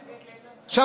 עכשיו,